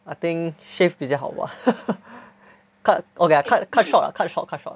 I think shave 比较好 bah cut okay cut cut short cut short cut short